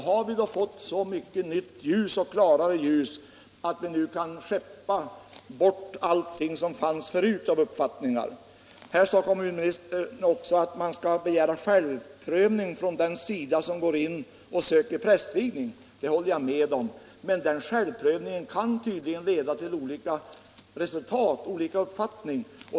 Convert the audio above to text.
Har vi då fått så mycket nytt och klarare ljus att vi nu kan skeppa bort alla uppfattningar som fanns förut? Kommunministern sade att man skall begära en självprövning av den som söker prästvigning. Det håller jag med om, men den självprövningen kan tydligen leda till olika uppfattningar.